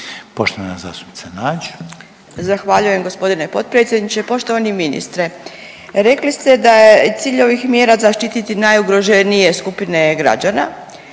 (Socijaldemokrati)** Zahvaljujem g. potpredsjedniče. Poštovani ministre. Rekli ste da je cilj ovih mjera zaštiti najugroženije skupine građana,